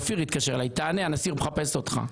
אופיר התקשר אליי: תענה, הנשיא מחפש אותך.